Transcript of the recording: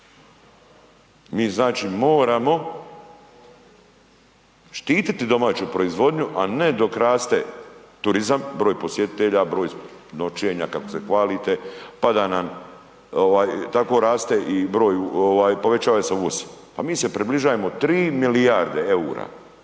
Mi znači moramo štititi domaću proizvodnju, a ne dok raste turizam, broj posjetitelja, broj noćenja kako se hvalite pa da nam tako raste i povećava se uvoz. Pa mi se približavamo 3 milijarde eura